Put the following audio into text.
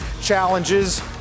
challenges